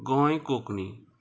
Goa Konkani